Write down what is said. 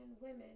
women